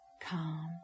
calm